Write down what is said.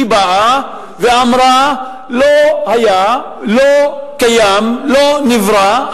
היא באה ואמרה: לא היה, לא קיים, לא נברא.